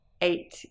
eight